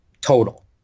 total